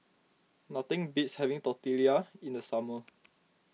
nothing beats having Tortillas in the summer